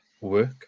work